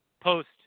post